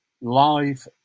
live